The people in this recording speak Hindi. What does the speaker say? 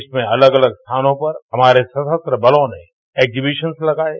देश में अलग अलग स्थानों पर हमारे सशस्त्र बलों ने एक्सहिबिशनंस लगाये